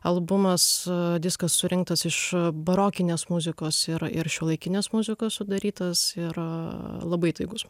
albumas diskas surinktas iš barokinės muzikos ir ir šiuolaikinės muzikos sudarytas ir labai įtaigus